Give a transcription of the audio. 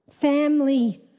family